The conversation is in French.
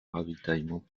ravitaillement